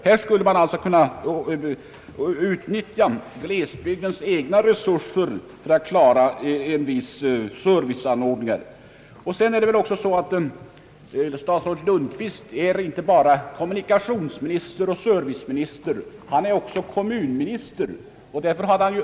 Här skulle man i stället kunna utnyttja glesbygdens eget folk för att klara vissa serviceanordningar. Statsrådet Lundkvist är inte bara kommunikationsminister och serviceminister, han är också kommunminister.